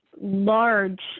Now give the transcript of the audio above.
large